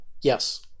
Yes